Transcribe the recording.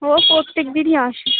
ও প্রত্যেকদিনই আসে